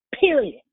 Period